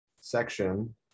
section